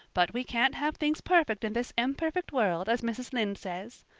but we can't have things perfect in this imperfect world, as mrs. lynde says.